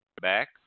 back